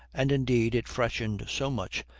and indeed it freshened so much,